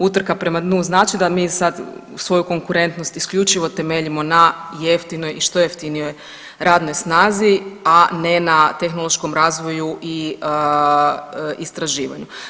Utrka prema dnu znači da mi sad svoju konkurentnost isključivo temeljimo na jeftinoj i što jeftinijoj radnoj snazi, a ne na tehnološkom razvoju i istraživanju.